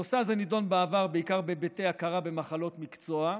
הנושא הזה נדון בעבר בעיקר בהיבטי הכרה במחלות מקצוע.